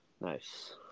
Nice